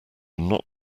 not